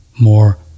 more